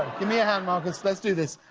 give me a hand marcus let's do this.